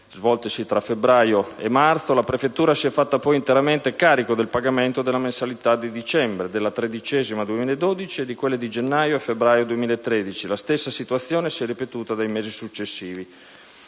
svoltesi tra febbraio e marzo, la prefettura si è fatta poi interamente carico del pagamento delle mensilità di dicembre, della tredicesima mensilità 2012 e di quelle di gennaio e febbraio 2013. La stessa situazione si è ripetuta nei mesi successivi.